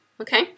Okay